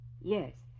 Yes